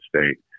state